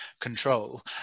control